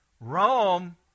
Rome